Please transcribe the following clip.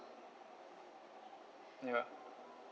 ya